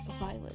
Violet